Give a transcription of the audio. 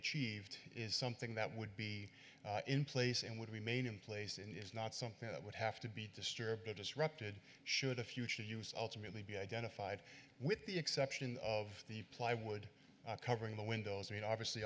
achieved is something that would be in place and would remain in place and it's not something that would have to be disturbed or disrupted should a future use ultimately be identified with the exception of the plywood covering the windows i mean obviously